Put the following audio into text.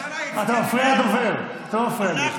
באמת, השרה, אתה מפריע לדובר, אתה לא מפריע לי.